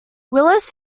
willis